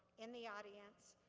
in the audience,